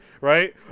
right